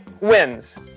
wins